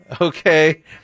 Okay